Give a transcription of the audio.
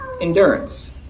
endurance